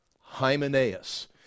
Hymenaeus